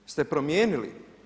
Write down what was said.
Jeste promijenili?